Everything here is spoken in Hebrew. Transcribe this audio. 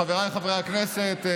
חבריי חברי הכנסת,